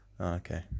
Okay